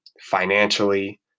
financially